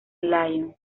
lyon